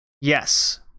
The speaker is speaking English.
Yes